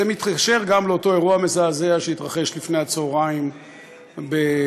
זה מתקשר גם לאותו אירוע מזעזע שהתרחש לפני הצהריים בחולון,